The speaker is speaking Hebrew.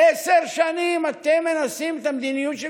עשר שנים אתם מנסים את המדיניות של